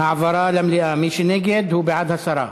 העברה למליאה, מי שנגד הוא בעד הסרה.